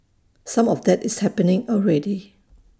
some of that is happening already